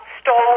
stole